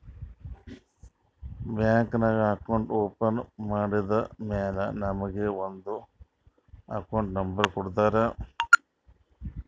bank ನಾಗ್ account open ಮಾಡದ್ದ್ ಮ್ಯಾಲ ನಮುಗ ಒಂದ್ ಅಕೌಂಟ್ ನಂಬರ್ ಕೊಡ್ತಾರ್